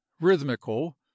rhythmical